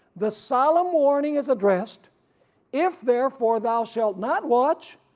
the solemn warning is addressed if therefore thou shalt not watch,